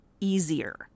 easier